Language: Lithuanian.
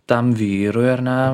tam vyrui ar ne